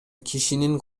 кишинин